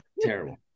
Terrible